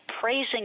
praising